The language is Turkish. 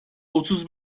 otuz